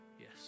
Yes